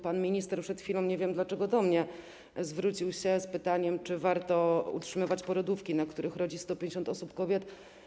Pan minister przed chwilą, nie wiem dlaczego do mnie, zwrócił się z pytaniem, czy warto utrzymywać porodówki, na których rodzi 150 osób, kobiet.